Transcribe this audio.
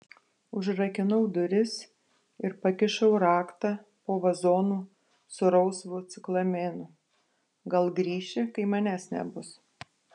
užrakinau duris ir pakišau raktą po vazonu su rausvu ciklamenu gal grįši kai manęs nebus